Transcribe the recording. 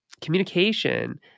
communication